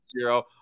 zero